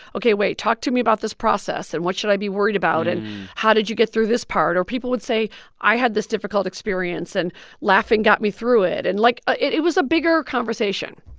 ok, wait, talk to me about this process and what should i be worried about and how did you get through this part? or people would say i had this difficult experience and laughing got me through it. and, like, ah it it was a bigger conversation